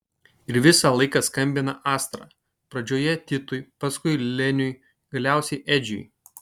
ir visą laiką skambina astra pradžioje titui paskui leniui galiausiai edžiui